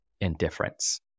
indifference